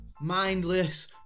mindless